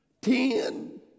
Ten